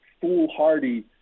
foolhardy